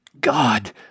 God